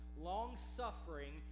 long-suffering